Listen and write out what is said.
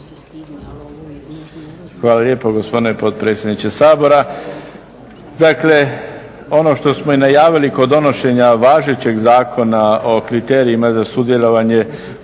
Hvala lijepo gospodine predsjedniče Sabora. Dakle ono što smo i najavili kod donošenja važećeg Zakona o kriterijima za sudjelovanje